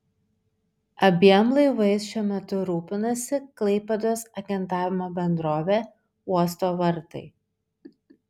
abiem laivais šiuo metu rūpinasi klaipėdos agentavimo bendrovė uosto vartai